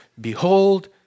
behold